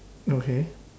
okay